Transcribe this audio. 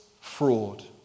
fraud